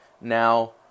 now